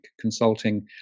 consulting